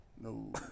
No